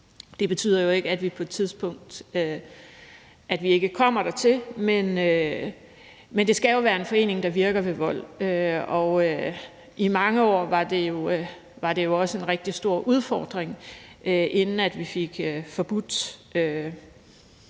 Det betyder jo ikke, at vi ikke på et tidspunkt kommer dertil, men det skal jo være en forening, der virker ved vold, og i mange år var det også en rigtig stor udfordring, inden vi f.eks. fik forbudt